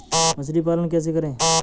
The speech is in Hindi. मछली पालन कैसे करें?